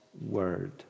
Word